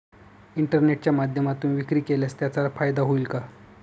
इंटरनेटच्या माध्यमातून विक्री केल्यास त्याचा फायदा होईल का?